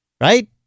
Right